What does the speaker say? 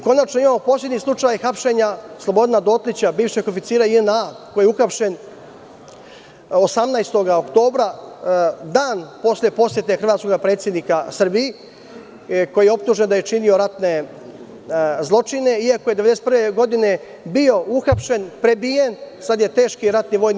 Konačno, imamo poslednji slučaj hapšenja Slobodana Doklića, bivšeg oficira JNA, koji je uhapšen 18. oktobra, dan posle posete hrvatskog predsednika Srbiji, koji je optužen da je činio ratne zločine, iako je 1991. godine bio uhapšen, prebijen, sad je teški RVI.